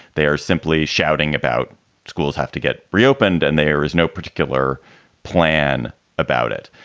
they are simply shouting about schools have to get reopened and there is no particular plan about it.